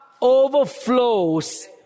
overflows